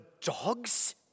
dogs